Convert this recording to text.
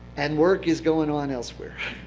and work is going on elsewhere.